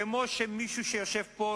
כמו שמישהו שיושב פה,